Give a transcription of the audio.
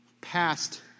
past